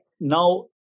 Now